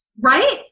right